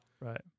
Right